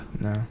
no